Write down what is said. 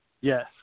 Yes